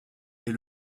est